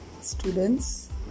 Students